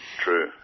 true